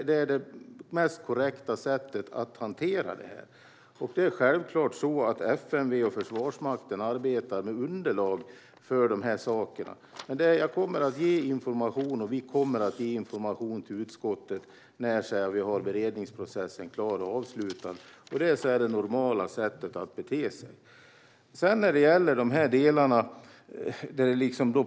Det är det mest korrekta sättet att hantera detta på. FMV och Försvarsmakten arbetar självfallet med underlag för dessa saker. Vi kommer att ge information till utskottet när beredningsprocessen är avslutad; det är det normala sättet att bete sig på.